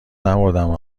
نمـردم